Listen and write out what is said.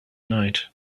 night